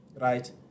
right